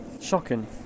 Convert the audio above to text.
Shocking